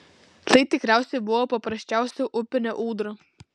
tai tikriausiai buvo paprasčiausia upinė ūdra